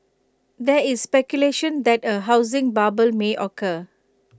there is speculation that A housing bubble may occur